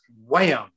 wham